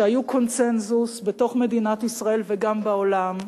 שהיו קונסנזוס בתוך מדינת ישראל וגם בעולם,